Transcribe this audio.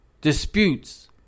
disputes